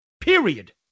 Period